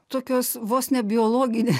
tokios vos ne biologinė